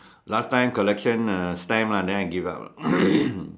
last time collection uh stamp lah then I give up lah